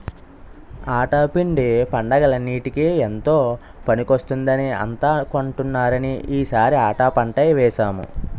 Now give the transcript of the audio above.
ఆటా పిండి పండగలన్నిటికీ ఎంతో పనికొస్తుందని అంతా కొంటున్నారని ఈ సారి ఆటా పంటే వేసాము